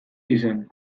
izan